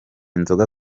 inzoga